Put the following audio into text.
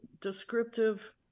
descriptive